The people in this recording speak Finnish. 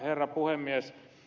herra puhemies